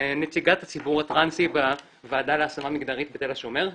נציגת הציבור הטרנסי בוועדה להשמה מגדרית בתל השומר,